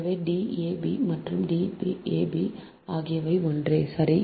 எனவே D a b மற்றும் a b ஆகியவை ஒன்றே சரி